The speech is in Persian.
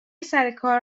سرکار